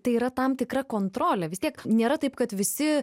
tai yra tam tikra kontrolė vis tiek nėra taip kad visi